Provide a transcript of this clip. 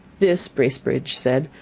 this, bracebridge said,